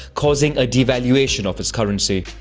causing a devaluation of its currency.